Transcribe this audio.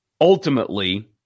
ultimately